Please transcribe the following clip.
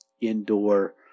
indoor